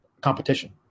competition